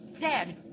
Dad